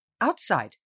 outside